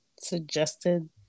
suggested